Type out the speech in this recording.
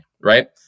right